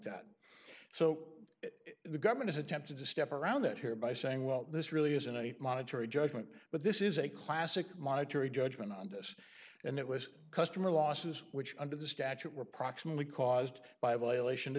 that so the government is attempting to step around that here by saying well this really isn't any monetary judgment but this is a classic monetary judgment on this and it was customer losses which under the statute were proximately caused by a violation of